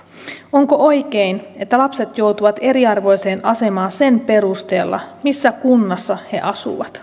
onko oikein että lapset joutuvat eriarvoiseen asemaan sen perusteella missä kunnassa he asuvat